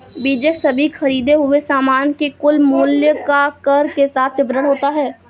बीजक सभी खरीदें हुए सामान के कुल मूल्य का कर के साथ विवरण होता है